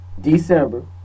December